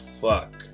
fuck